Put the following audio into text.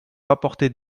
rapporté